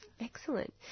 Excellent